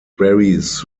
varies